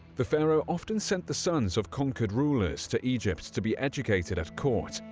the pharaoh often sent the sons of conquered rulers to egypt to be educated at court,